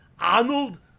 Arnold